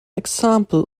example